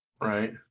Right